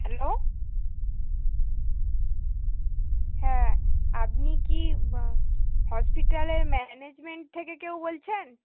hello হ্যাঁ আপনি কি বা হসপিটালের ম্যানেজমেন্ট থেকে কেউ বলছেন